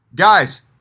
Guys